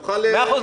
מאה אחוז,